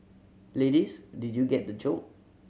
ladies did you get the joke